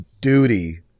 duty